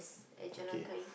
at Jalan Kayu